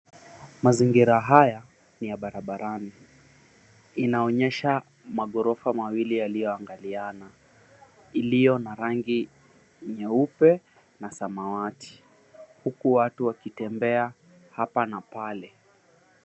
Mazingira haya ni ya barabarani. Inaonyesha maghorofa mawili yaliyoangaliana, iliyo na rangi nyeupe na samawati huku watu wakitembea hapa na pale.